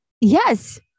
Yes